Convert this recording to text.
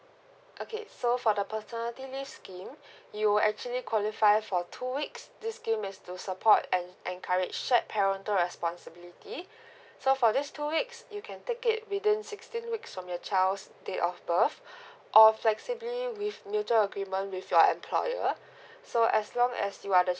okay so for the paternity leave scheme you'll actually qualify for two weeks this scheme mean to support and encourage that parental responsibilities so for this two weeks you can take it within sixteen weeks from your child's date of birth or flexibly with mutual agreement with your employer so as long as you are the